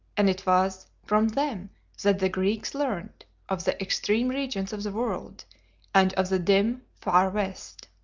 and it was from them that the greeks learnt of the extreme regions of the world and of the dim far west.